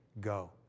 go